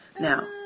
Now